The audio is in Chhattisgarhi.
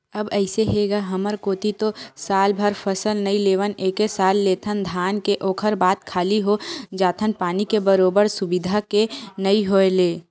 अब अइसे हे गा हमर कोती तो सालभर फसल नइ लेवन एके फसल लेथन धान के ओखर बाद खाली हो जाथन पानी के बरोबर सुबिधा के नइ होय ले